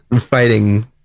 fighting